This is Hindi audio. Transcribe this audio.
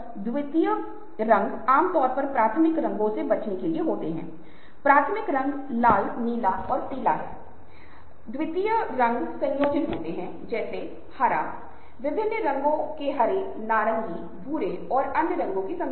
यह महत्वपूर्ण अंतर है जब हम इस बारे में बात कर रहे हैं कि यह वास्तविक समुदाय से अलग कैसे है जिसके बारे में हम पहले बात कर रहे थे